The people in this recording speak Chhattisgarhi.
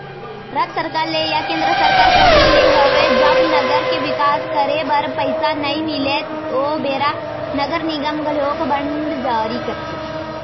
राज सरकार ले या केंद्र सरकार कोती ले होवय जब नगर के बिकास करे म पइसा नइ मिलय ओ बेरा नगर निगम घलोक बांड जारी करथे